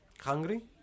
Hungry